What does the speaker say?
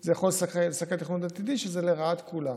זה יכול לסכן תכנון עתידי, וזה לרעת כולם.